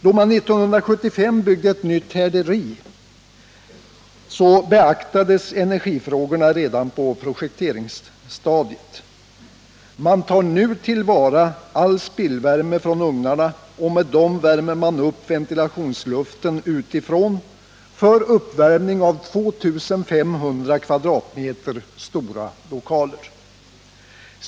Då man 1975 byggde ett nytt härderi, beaktades energifrågorna redan på projekteringsstadiet. Man tar nu till vara all spillvärme från ugnarna och med den värmer man upp ventilationsluften utifrån för uppvärmning av 2 500 m? stora lokaler.